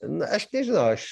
na aš nežinau aš